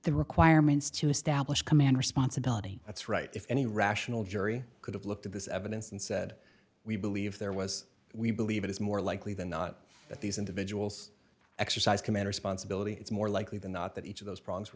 the requirements to establish command responsibility that's right if any rational jury could have looked at this evidence and said we believe there was we believe it is more likely than not that these individuals exercise command responsibility it's more likely than not that each of those prongs were